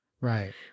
Right